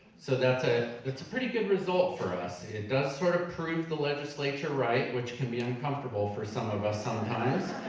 so that's ah a pretty good result for us. it does sort of prove the legislature right, which can be uncomfortable for some of us sometimes.